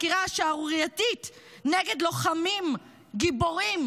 החקירה השערורייתית נגד לוחמים גיבורים,